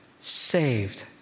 saved